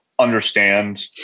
understand